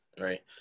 right